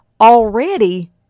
already